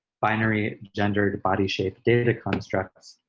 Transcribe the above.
binary-gendered body shape data constructs,